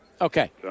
Okay